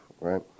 right